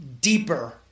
deeper